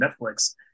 Netflix